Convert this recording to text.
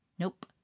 Nope